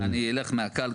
אני אלך מהקל,